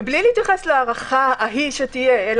בלי להתייחס להארכה ההיא שתהיה.